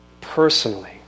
personally